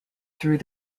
through